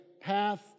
path